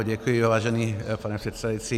Děkuji, vážený pane předsedající.